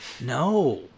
no